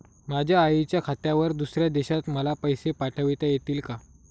माझ्या आईच्या खात्यावर दुसऱ्या देशात मला पैसे पाठविता येतील का?